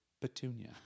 petunia